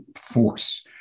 force